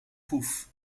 poef